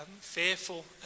fearful